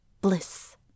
bliss